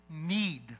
need